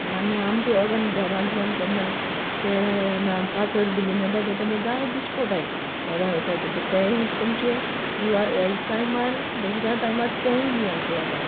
आनी आमक हे ओर्दान देरांतल्यान केन्नाय ते नारकासूर बीन घेवून येताय ते बी जाय दिश्टी पोड्टाय इंगा वोयताय ते तेंय तुमचें हेज टायमार दसऱ्या टायमार तेंय बीन आसोता